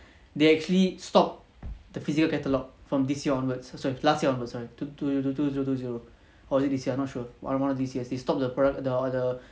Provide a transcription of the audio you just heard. they actually stop the physical catalogue from this year onwards sorry last year onwards sorry two zero two zero or is it this year I'm not sure but one of these year they stop the product the the